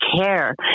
care